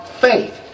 faith